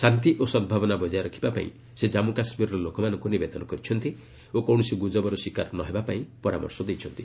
ଶାନ୍ତି ଓ ସଦ୍ଭାବନା ବଜାୟ ରଖିବା ପାଇଁ ସେ ଜାମ୍ମୁ କାଶ୍ମୀରର ଲୋକମାନଙ୍କୁ ନିବେଦନ କରିଛନ୍ତି ଓ କୌଣସି ଗୁଜବର ଶିକାର ନହେବା ପାଇଁ ପରାମର୍ଶ ଦେଇଛନ୍ତି